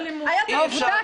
--- עובדה